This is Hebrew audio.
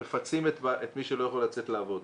מפצים את מי שלא יכול לצאת לעבוד.